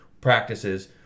practices